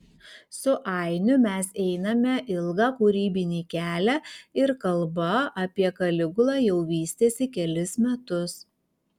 su ainiu mes einame ilgą kūrybinį kelią ir kalba apie kaligulą jau vystėsi kelis metus